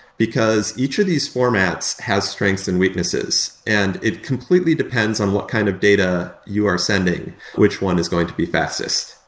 because each of these formats has strengths and weaknesses and it completely depends on what kind of data you are sending which one is going to be fastest.